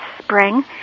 spring